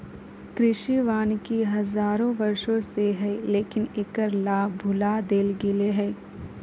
कृषि वानिकी हजारों वर्षों से हइ, लेकिन एकर लाभ भुला देल गेलय हें